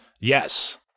Yes